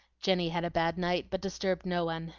jenny had a bad night, but disturbed no one.